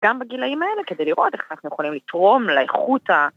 ‫גם בגילאים האלה כדי לראות ‫איך אנחנו יכולים לתרום לאיכות ה...